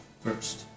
First